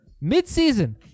mid-season